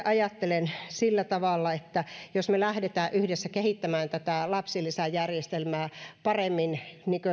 ajattelen sillä tavalla että jos me lähdemme yhdessä kehittämään tätä lapsilisäjärjestelmää paremmin